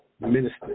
minister